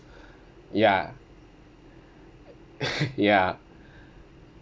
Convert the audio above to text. ya ya